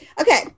Okay